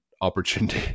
opportunity